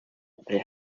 they